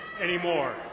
anymore